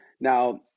now